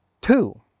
Two